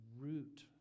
root